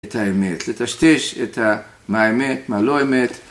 את האמת, לטשטש את ה... מה אמת, מה לא אמת